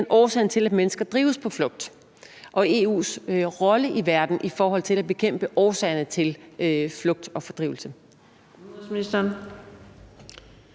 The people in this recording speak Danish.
årsagen til, at mennesker drives på flugt, og EU's rolle i verden i forhold til at bekæmpe årsagerne til flugt og fordrivelse.